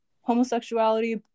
homosexuality